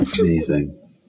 Amazing